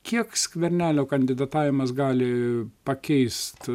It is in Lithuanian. kiek skvernelio kandidatavimas gali pakeist